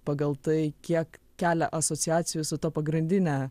pagal tai kiek kelia asociacijų su ta pagrindine